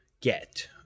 get